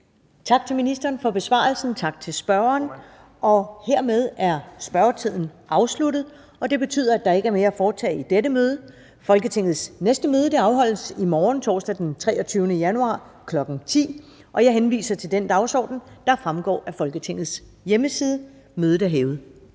Tak til ministeren for besvarelsen. Tak til spørgeren. Hermed er spørgetiden afsluttet. --- Kl. 15:07 Meddelelser fra formanden Første næstformand (Karen Ellemann): Der er ikke mere at foretage i dette møde. Folketingets næste møde afholdes i morgen, torsdag den 23. januar 2020, kl. 10.00. Jeg henviser til den dagsorden, der fremgår af Folketingets hjemmeside. Mødet er hævet.